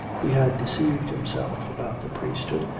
he had deceived himself about the priesthood,